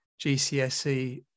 GCSE